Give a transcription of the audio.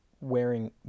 wearing